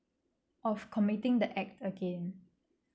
of committing the act again